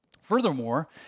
Furthermore